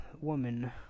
woman